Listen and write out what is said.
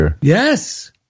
Yes